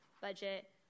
budget